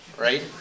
Right